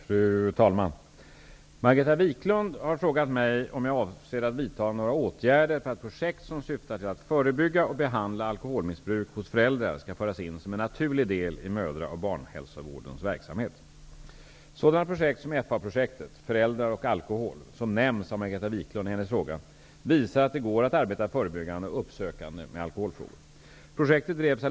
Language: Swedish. Fru talman! Margareta Viklund har frågat mig om jag avser att vidta några åtgärder för att projekt som syftar till att förebygga och behandla alkoholmissbruk hos föräldrar skall föras in som en naturlig del i mödra och barnhälsovårdens verksamhet. Alkohol --, som nämns av Margareta Viklund i hennes fråga, visar att det går att arbeta förebyggande och uppsökande med alkoholfrågor.